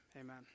amen